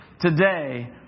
today